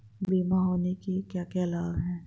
बीमा होने के क्या क्या लाभ हैं?